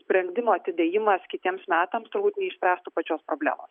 sprendimo atidėjimas kitiems metams turbūt neišspręstų pačios problemos